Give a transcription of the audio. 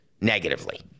negatively